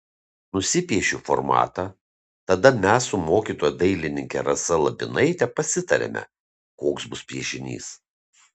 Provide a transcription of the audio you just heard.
nusipiešiu formatą tada mes su mokytoja dailininke rasa labinaite pasitariame koks bus piešinys